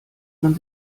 man